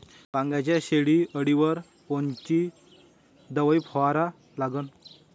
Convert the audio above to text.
वांग्याच्या शेंडी अळीवर कोनची दवाई फवारा लागन?